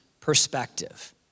perspective